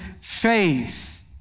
faith